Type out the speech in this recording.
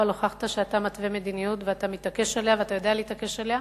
אבל הוכחת שאתה מתווה מדיניות ואתה מתעקש עליה ואתה יודע להתעקש עליה,